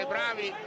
Bravi